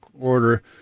order